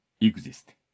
exist